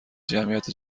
جمعیت